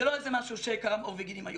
זה לא איזה משהו שקרם עור וגידים היום.